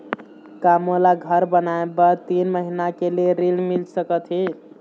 का मोला घर बनाए बर तीन महीना के लिए ऋण मिल सकत हे?